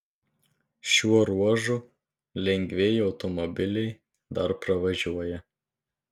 šiuo ruožu lengvieji automobiliai dar pravažiuoja